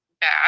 bad